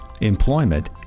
employment